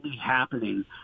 happening